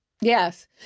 yes